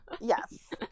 Yes